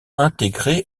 intégrée